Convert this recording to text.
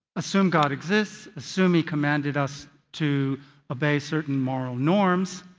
assume god exists, assume he commanded us to obey certain moral norms,